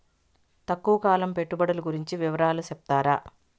తక్కువ కాలం పెట్టుబడులు గురించి వివరాలు సెప్తారా?